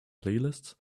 playlists